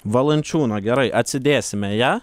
valančiūno gerai atsidėsime ją